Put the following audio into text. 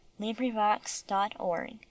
LibriVox.org